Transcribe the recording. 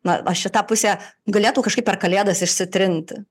na o šitą pusę galėtų kažkaip per kalėdas išsitrinti